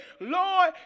Lord